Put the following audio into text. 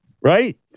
Right